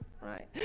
Right